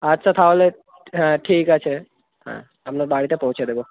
আচ্ছা তাহলে হ্যাঁ ঠিক আছে হ্যাঁ আপনার বাড়িতে পৌঁছে দেবো